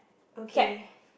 okay